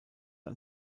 ein